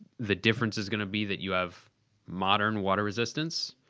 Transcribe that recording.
the difference is gonna be that you have modern water-resistance.